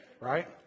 right